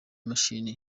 mashini